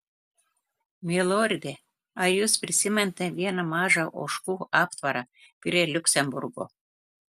milorde ar jūs prisimenate vieną mažą ožkų aptvarą prie liuksemburgo